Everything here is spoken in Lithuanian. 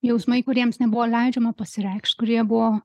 jausmai kuriems nebuvo leidžiama pasireikšt kurie buvo